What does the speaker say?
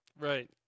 Right